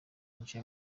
nje